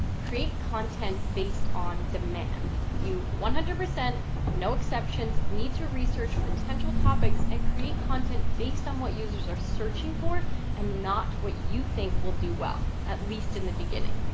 create content based on demand. you one hundred percent no exceptions, need to research potential topics and create content based on what users are searching for and not what you think will do well, at least in the beginning.